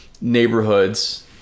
neighborhoods